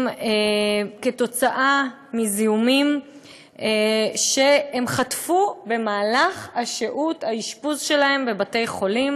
בגלל זיהומים שהם חטפו במהלך האשפוז שלהם בבתי-החולים.